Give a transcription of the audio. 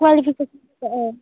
qualification ओ